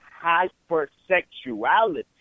hypersexuality